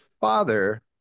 father